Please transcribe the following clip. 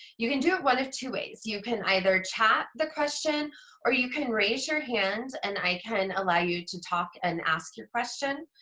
you can do it one of two ways. you can either chat the question or you can raise your hand and i can allow you to talk and ask your question.